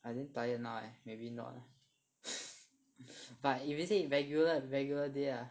I damn tired now leh maybe not lah but if you say is regular regular day lah